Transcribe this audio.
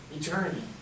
Eternity